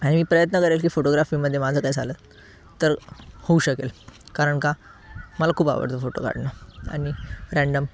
आणि मी प्रयत्न करेल की फोटोग्राफीमध्ये माझं काय झालं तर होऊ शकेल कारण का मला खूप आवडतं फोटो काढणं आणि रॅन्डम